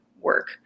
work